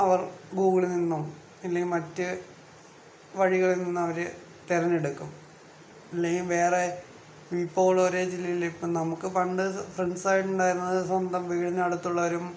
അവർ ഗൂഗിളിൽ നിന്നോ ഇല്ലെങ്കിൽ മറ്റ് വഴികളിൽ നിന്നവര് തെരഞ്ഞെടുക്കും ഇല്ലെങ്കിൽ വേറെ ഇപ്പോൾ ഒരേ ജില്ലയില്ല് ഇപ്പം പണ്ട് നമുക്ക് ഫ്രണ്ട്സായിട്ട് ഉണ്ടായിരുന്നത് സ്വന്തം വീടിനടുത്തുള്ളവരും